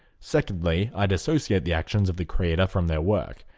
secondly, i dissociate the actions of the creator from their work.